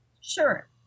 Sure